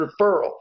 referral